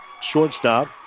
Shortstop